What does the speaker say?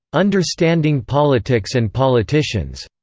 understanding politics and politicians.